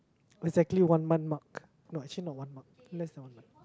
exactly one month mark no actually not one month less than one month